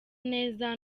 neza